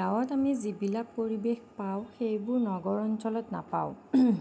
গাৱঁত আমি যিবিলাক পৰিৱেশ পাওঁ সেইবোৰ নগৰ অঞ্চলত নাপাওঁ